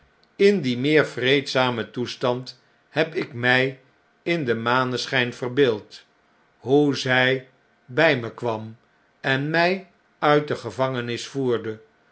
in dien meer vreedzamen toestand heb ik mjj in den maneschijn verbeeld hoe zy by me kwam en my uit de gevangenis voerde